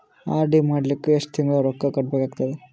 RD ಮಾಡಲಿಕ್ಕ ಎಷ್ಟು ತಿಂಗಳ ರೊಕ್ಕ ಕಟ್ಟಬೇಕಾಗತದ?